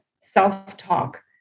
self-talk